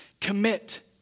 Commit